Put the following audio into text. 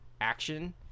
Action